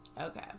Okay